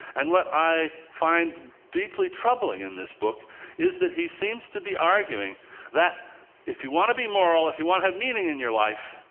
and what i find deeply troubling in this book is that he seems to be arguing that if you want to be moral, if you want to have meaning in your life,